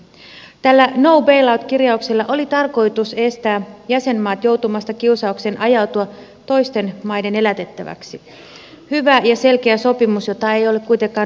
tällä no bail out kirjauksella oli tarkoitus estää jäsenmaita joutumasta kiusaukseen ajautua toisten maiden elätettäväksi hyvä ja selkeä sopimus jota ei ole kuitenkaan noudatettu